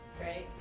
right